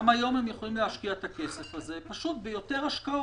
הרי גם היום הם יכולים להשקיע את הכסף הזה ביותר השקעות,